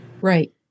right